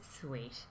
sweet